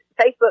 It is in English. Facebook